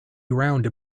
round